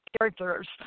characters